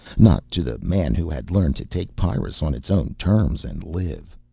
not to the man who had learned to take pyrrus on its own terms, and live.